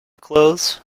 clothes